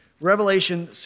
Revelation